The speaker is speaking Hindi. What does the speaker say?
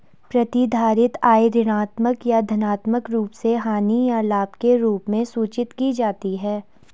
प्रतिधारित आय ऋणात्मक या धनात्मक रूप से हानि या लाभ के रूप में सूचित की जाती है